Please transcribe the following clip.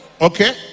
Okay